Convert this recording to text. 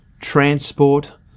transport